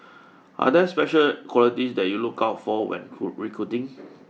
are there special qualities that you look out for when recruiting